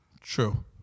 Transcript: True